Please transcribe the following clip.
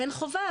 אין חובה,